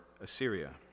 Assyria